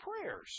prayers